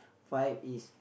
five is